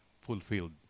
fulfilled